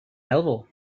melville